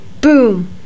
boom